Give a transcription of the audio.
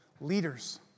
leaders